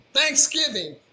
Thanksgiving